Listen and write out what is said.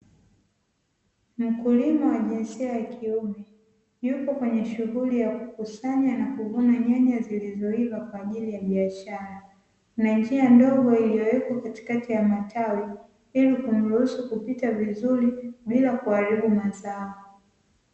Mkulima wa jinsia ya kiume yupo kwenye shughuli ya kukusanya na kuvuna nyanya zilizoiva kwa ajili ya biashara, na njia ndogo iliyowekwa katikati ya matawi ili kumruhusu kupita vizuri bila kuharibu mazao.